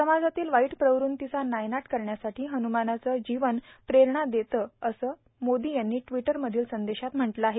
समाजातील वाईट प्रवृत्तींचा नायनाट करण्यासाठी हनुमानाचं जीवन प्रेरणा देतं असं मोदी यांनी टिवटरमधील संदेशात म्हटलं आहे